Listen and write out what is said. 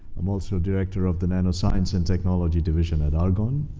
i'm also director of the nanoscience and technology division at argonne.